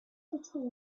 between